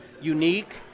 unique